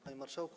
Panie Marszałku!